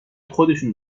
خودشون